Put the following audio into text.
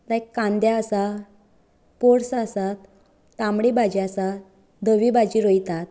लायक कांदें आसा पोर्स आसात तांबडी भाजी आसा धवी भाजी रोयतात